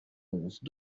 onze